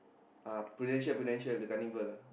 uh prudential prudential the carnival ah